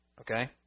Okay